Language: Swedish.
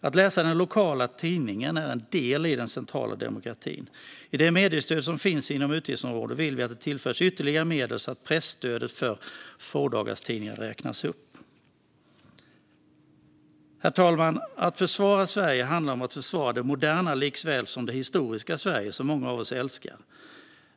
Att läsa den lokala tidningen är en del i den centrala demokratin. I det mediestöd som finns inom utgiftsområdet vill vi att det tillförs ytterligare medel så att presstödet för fådagarstidningar räknas upp. Herr talman! Att försvara Sverige handlar om att försvara det moderna likaväl som det historiska Sverige som många av oss älskar.